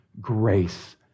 grace